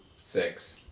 six